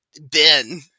Ben